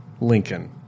Lincoln